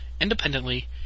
independently